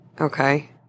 Okay